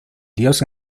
dios